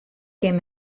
kin